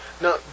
now